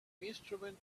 instrument